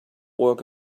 work